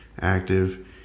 active